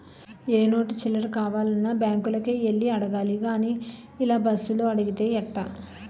ఏ note చిల్లర కావాలన్నా బాంకులకే యెల్లి అడగాలి గానీ ఇలా బస్సులో అడిగితే ఎట్టా